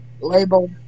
labeled